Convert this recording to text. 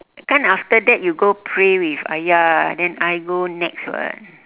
kan after that you go pray with ayah then I go nex [what]